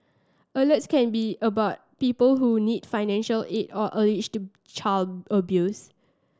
Alerts can be about people who need financial aid or alleged to child abuse